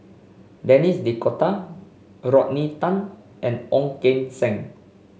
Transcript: Denis D'Cotta Rodney Tan and Ong Keng Sen